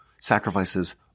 sacrifices